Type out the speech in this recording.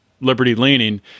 liberty-leaning